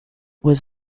was